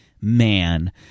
man